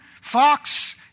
Fox